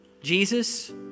Jesus